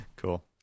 Cool